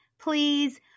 please